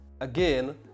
Again